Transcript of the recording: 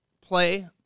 play